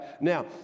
Now